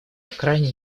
крайне